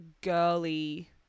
girly